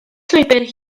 llwybr